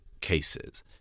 cases